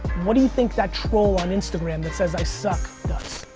what do you think that troll on instagram that says i suck does?